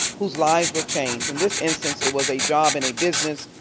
whose lives were changed. in this instance it was a job and a business.